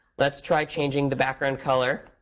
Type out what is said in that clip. let's try changing the background color.